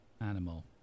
Animal